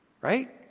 Right